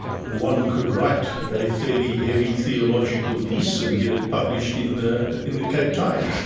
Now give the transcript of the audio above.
one could write a fairly heavy theological piece and get it published in the in the cape times.